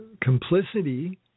complicity